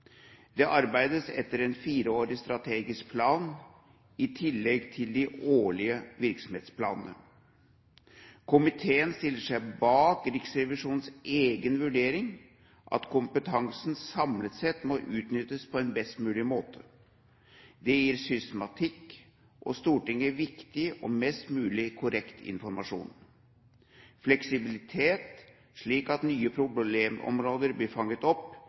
Det arbeides etter en fireårig strategisk plan, i tillegg til de årlige virksomhetsplanene. Komiteen stiller seg bak Riksrevisjonens egen vurdering, at kompetansen samlet sett må utnyttes på en best mulig måte. Det gir systematikk og Stortinget viktig og mest mulig korrekt informasjon. Fleksibilitet, slik at nye problemområder blir fanget opp,